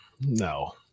No